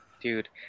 Dude